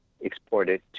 exported